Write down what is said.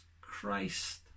Christ